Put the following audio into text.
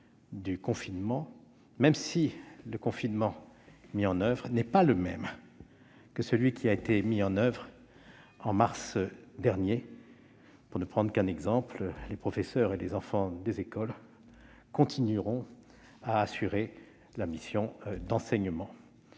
du confinement, même si le confinement mis en oeuvre n'est pas le même que celui de mars dernier. Pour ne prendre qu'un exemple, les professeurs et les élèves des écoles continueront respectivement à assurer la mission d'enseignement